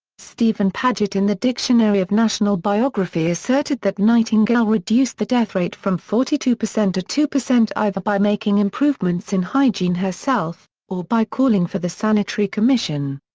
stephen paget in the dictionary of national biography asserted that nightingale reduced the death rate from forty two percent to two, either by making improvements in hygiene herself, or by calling for the sanitary commission.